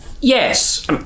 Yes